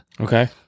Okay